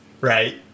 right